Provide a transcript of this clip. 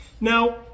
Now